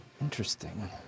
Interesting